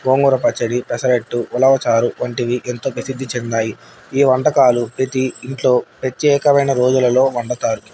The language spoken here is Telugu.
గోంగూర పచ్చడి పెసరెట్టు ఉలవ చారు వంటివి ఎంతో ప్రసిద్ధి చెందాయి ఈ వంటకాలు ప్రతి ఇంట్లో ప్రత్యేకమైన రోజులలో వండుతారు